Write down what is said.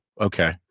okay